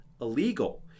illegal